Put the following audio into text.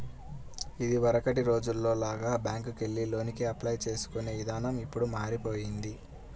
ఇదివరకటి రోజుల్లో లాగా బ్యేంకుకెళ్లి లోనుకి అప్లై చేసుకునే ఇదానం ఇప్పుడు మారిపొయ్యింది